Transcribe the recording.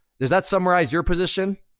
does that summarize your position?